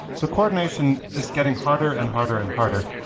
so coordination is getting harder and harder and harder.